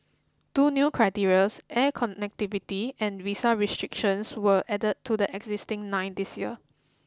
two new criterias air connectivity and visa restrictions were added to the existing nine this year